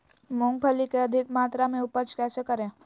मूंगफली के अधिक मात्रा मे उपज कैसे करें?